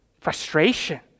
frustration